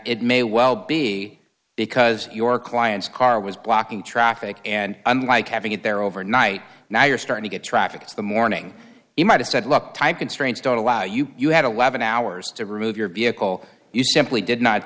it may well be because your client's car was blocking traffic and unlike having it there overnight now you're starting to get traffic to the morning you might have said look tight constraints don't allow you you had eleven hours to remove your vehicle you simply did not